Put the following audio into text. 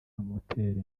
amutera